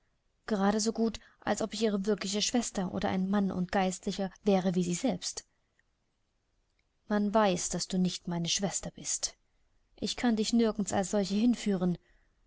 gerade so gut als ob ich ihre wirkliche schwester oder ein mann und geistlicher wäre wie sie selbst man weiß daß du nicht meine schwester bist ich kann dich nirgend als solche hinführen